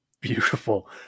Beautiful